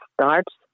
starts